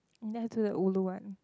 ulu one